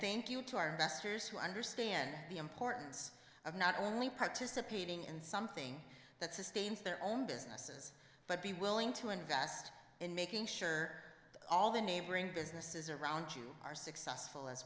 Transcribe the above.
thank you to our investors who understand the importance of not only participating in something that sustains their own businesses but be willing to invest in making sure all the neighboring businesses around you are successful as